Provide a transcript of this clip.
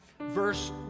verse